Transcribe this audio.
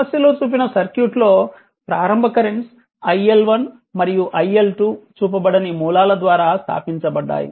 సమస్యలో చూపిన సర్క్యూట్లో ప్రారంభ కరెంట్స్ iL1 మరియు iL2 చూపబడని మూలాల ద్వారా స్థాపించబడ్డాయి